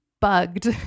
bugged